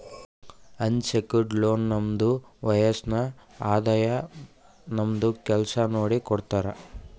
unsecured loan ನಮ್ದು ವಯಸ್ಸ್, ಆದಾಯ, ನಮ್ದು ಕೆಲ್ಸಾ ನೋಡಿ ಕೊಡ್ತಾರ್